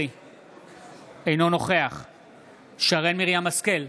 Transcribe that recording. אינו נוכח שרן מרים השכל,